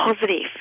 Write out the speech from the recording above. positive